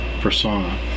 persona